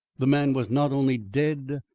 the man was not only dead,